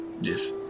Yes